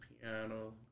piano